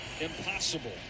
Impossible